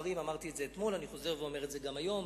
אמרתי את זה אתמול ואני חוזר אומר את זה גם היום,